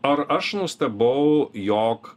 ar aš nustebau jog